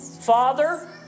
Father